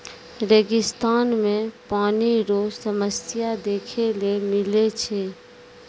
रेगिस्तान मे पानी रो समस्या देखै ले मिलै छै